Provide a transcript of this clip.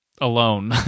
alone